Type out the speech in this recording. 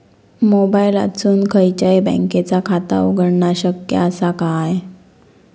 मोबाईलातसून खयच्याई बँकेचा खाता उघडणा शक्य असा काय?